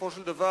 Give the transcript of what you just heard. בסופו של דבר,